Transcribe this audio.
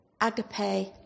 agape